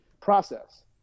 process